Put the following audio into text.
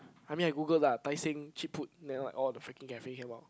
I mean I Google lah Tai-Seng cheap food then like all the freaking cafe come out